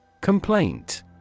Complaint